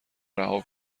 رها